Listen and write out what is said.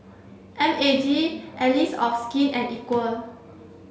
M A G Allies of Skin and Equal